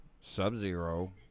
Sub-Zero